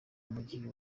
mujyi